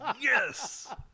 yes